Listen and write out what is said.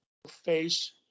face